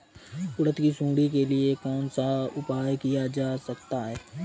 उड़द की सुंडी के लिए कौन सा उपाय किया जा सकता है?